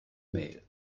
mail